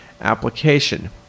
application